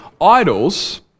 idols